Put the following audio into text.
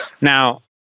Now